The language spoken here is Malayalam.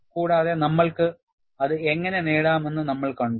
കൂടാതെ നമ്മൾക്കു അത് എങ്ങനെ നേടാമെന്ന് നമ്മൾ കണ്ടു